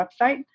website